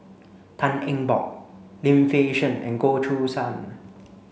Tan Eng Bock Lim Fei Shen and Goh Choo San